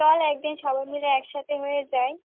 চল এক দিন সবাই মিলে একসাথে হয়ে যাই